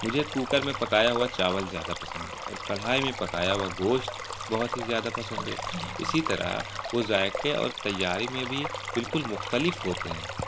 مجھے کوکر میں پکایا ہوا چاول زیادہ پسند ہے اور کڑھائی میں پکایا ہوا گوشت بہت ہی زیادہ پسند ہے اسی طرح وہ ذائقے اور تیاری میں بھی بالکل مختلف ہوتے ہیں